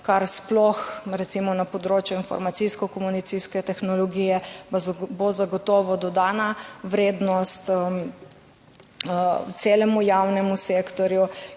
kar sploh recimo na področju informacijsko-komunikacijske tehnologije bo zagotovo dodana vrednost celemu javnemu sektorju